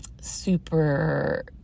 super